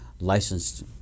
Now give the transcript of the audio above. licensed